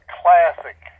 classic